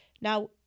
Now